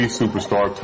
superstar